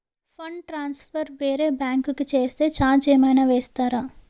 Fund transfer వేరే bank కి చేస్తే ఛార్జ్ ఏమైనా వేస్తారా?